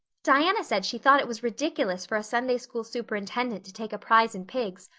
diana said she thought it was ridiculous for a sunday-school superintendent to take a prize in pigs,